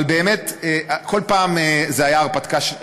אבל באמת, כל פעם זה היה הרפתקה.